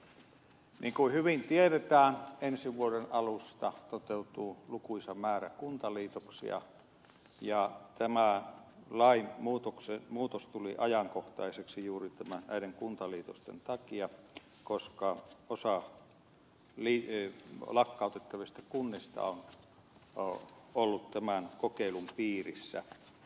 niin kuin hyvin tiedetään ensi vuoden alusta toteutuu lukuisa määrä kuntaliitoksia ja tämä lainmuutos tuli ajankohtaiseksi juuri näiden kuntaliitosten takia koska osa lakkautettavista kunnista on ollut tämän kokeilun piirissä